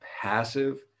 passive